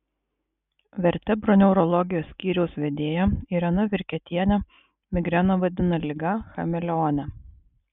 vertebroneurologijos skyriaus vedėja irena virketienė migreną vadina liga chameleone